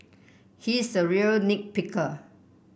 he is a real nit picker